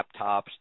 laptops